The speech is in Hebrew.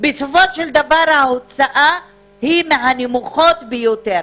ובסופו של דבר ההוצאה היא מהנמוכות ביותר.